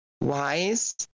wise